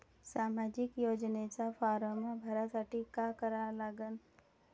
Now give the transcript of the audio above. सामाजिक योजनेचा फारम भरासाठी का करा लागन?